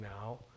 now